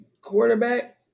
quarterback